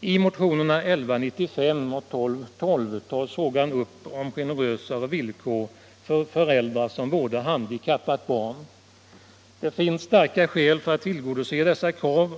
I motionerna 1195 och 1212 tas frågan upp om generösare villkor för föräldrar som vårdar handikappat barn. Det finns starka skäl för att tillgodose detta krav.